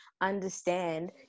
understand